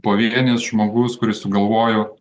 pavienis žmogus kuris sugalvojo